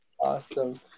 Awesome